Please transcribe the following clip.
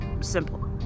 Simple